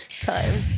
time